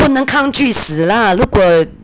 不能抗拒死 lah 如果